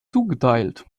zugeteilt